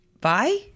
bye